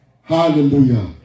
Hallelujah